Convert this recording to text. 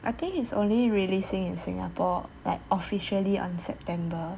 I think it's only releasing in singapore like officially on september